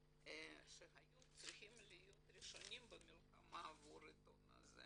שהיו צריכים להיות ראשונים במלחמה עבור העיתון הזה,